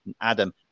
Adam